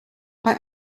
bei